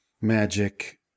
magic